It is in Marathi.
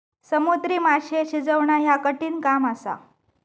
समुद्री माशे शिजवणा ह्या कठिण काम असा